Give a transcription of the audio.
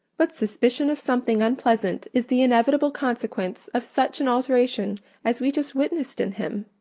but suspicion of something unpleasant is the inevitable consequence of such an alteration as we just witnessed in him.